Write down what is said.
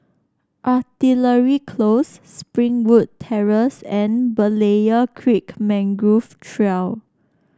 Artillery Close Springwood Terrace and Berlayer Creek Mangrove Trail